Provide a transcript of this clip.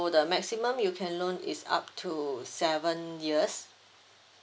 the maximum you can loan is up to seven years